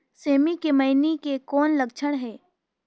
सेमी मे मईनी के कौन लक्षण हे?